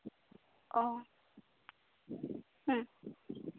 ᱚ ᱦᱮᱸ ᱦᱮᱸ